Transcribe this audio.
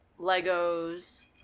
Legos